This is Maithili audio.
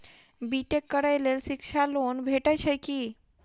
बी टेक करै लेल शिक्षा लोन भेटय छै की?